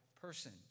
Person